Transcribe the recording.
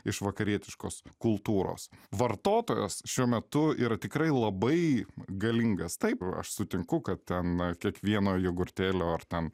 iš vakarietiškos kultūros vartotojas šiuo metu yra tikrai labai galingas taip aš sutinku kad ten kiekvieno jogurtėlio ar ten